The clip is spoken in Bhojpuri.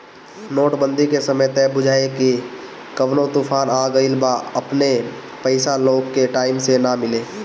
नोट बंदी के समय त बुझाए की कवनो तूफान आ गईल बा अपने पईसा लोग के टाइम से ना मिले